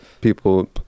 people